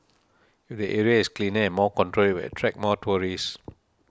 if the area is cleaner and more controlled it will attract more tourists